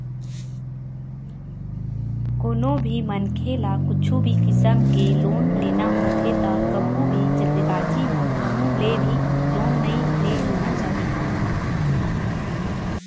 कोनो भी मनखे ल कुछु भी किसम के लोन लेना होथे त कभू भी जल्दीबाजी म कहूँ ले भी लोन नइ ले लेना चाही